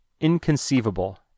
inconceivable